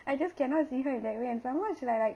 I just cannot see her in that way and some more she like like